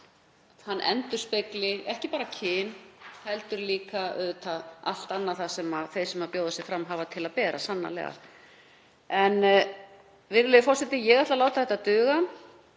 hann endurspegli ekki bara kyn heldur líka auðvitað allt annað það sem þeir sem bjóða sig fram hafa til að bera. Virðulegi forseti. Ég ætla að láta þetta duga.